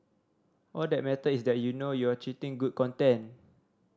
all that matter is that you know you're creating good content